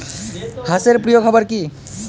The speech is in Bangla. হাঁস এর প্রিয় খাবার কি?